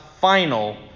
final